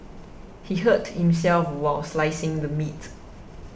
he hurt himself while slicing the meat